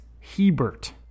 Hebert